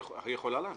היא יכולה להחזיר.